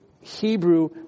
Hebrew